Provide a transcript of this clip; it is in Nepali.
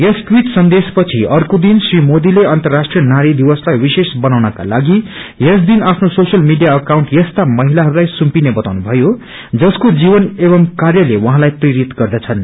यस अवीट सन्देशपछि अर्को दिन श्री मोदीले अन्वराष्ट्रिय नारी दिवसलाई विश्रेष बनाउनका लागि यस दिन आफ्नो सोशल मीडिया अकाउंट यस्ता महिलाहरूलाई सुमिपने बताउनुभ्यो जसको जीवन एवं कार्यले उहाँलाई प्रेरित गर्दछनृ